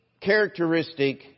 characteristic